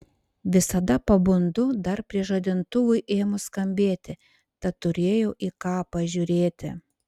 visada pabundu dar prieš žadintuvui ėmus skambėti tad turėjau į ką pažiūrėti